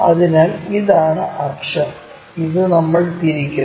അതിനാൽ ഇതാണ് അക്ഷം ഇത് നമ്മൾ തിരിക്കുന്നു